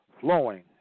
flowing